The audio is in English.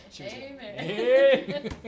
Amen